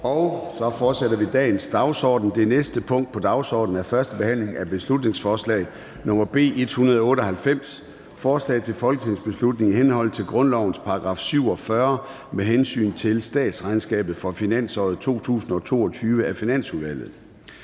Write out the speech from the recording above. for at forlade salen. --- Det næste punkt på dagsordenen er: 7) 1. behandling af beslutningsforslag nr. B 198: Forslag til folketingsbeslutning i henhold til grundlovens § 47 med hensyn til statsregnskabet for finansåret 2022. Af Finansudvalget.